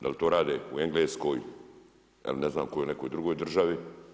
Da li to rade u Engleskoj ili ne znam kojoj nekoj drugoj državi?